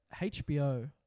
HBO